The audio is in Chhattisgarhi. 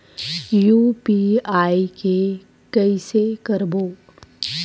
यू.पी.आई के कइसे करबो?